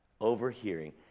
overhearing